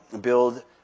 build